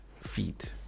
Feet